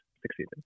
succeeded